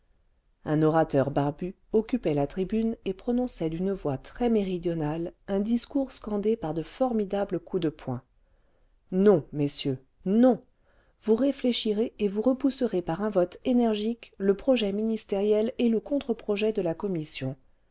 un orateur barbu occupait la tribune et prononçait d'une voix très méridionale un discours scandé par de formidables coups de poing le vingtième siècle ce non messieurs non vous réfléchirez et vous repousserez par nu vote énergique le projet ministériel et le contre projet de la commission